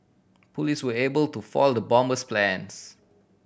police were able to foil the bomber's plans